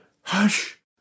Hush